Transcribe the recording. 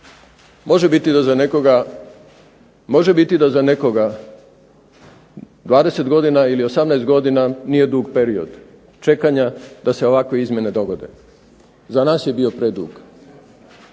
može biti da za nekoga 20 godina ili 18 godina nije dug period čekanja da se ovakve izmjene dogode. Za nas je bio predug.